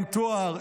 אין תואר,